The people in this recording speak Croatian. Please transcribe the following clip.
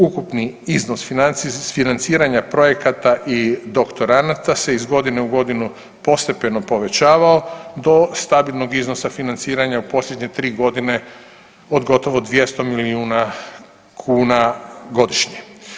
Ukupni iznos financiranja projekata i doktoranata se iz godine u godinu postepeno povećavao do stabilnog iznosa financiranja u posljednje 3.g. od gotovo 200 milijuna kuna godišnje.